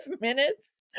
minutes